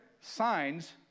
signs